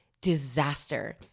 disaster